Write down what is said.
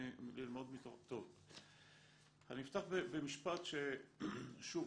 אני אפתח במשפט ששוב,